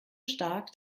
stark